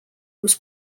was